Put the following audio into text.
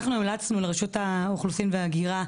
אנחנו המלצנו לרשות האוכלוסין וההגירה,